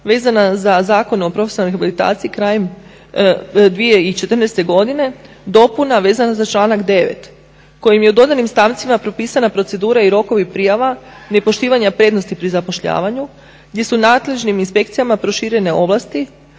vezana za Zakon o profesionalnoj rehabilitaciji krajem 2014. godine dopuna vezana za članak 9. kojim je u dodanim stavcima propisana procedura i rokovi prijava nepoštivanja prednosti pri zapošljavanju gdje su nadležnim inspekcijama proširene ovlasti